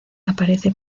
aparece